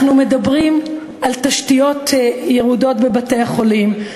אנחנו מדברים על תשתיות ירודות בבתי-החולים,